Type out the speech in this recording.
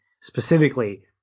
specifically